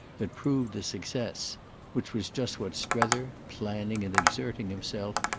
that proved the success which was just what strether, planning and exerting himself,